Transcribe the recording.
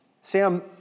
Sam